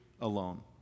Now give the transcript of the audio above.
alone